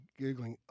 Googling